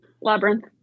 Labyrinth